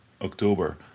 October